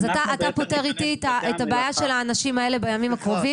אתה פותר איתי את הבעיה של האנשים האלה בימים הקרובים,